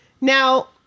now